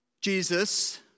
Jesus